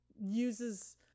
uses